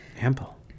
Ample